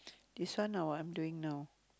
this one ah what I'm doing now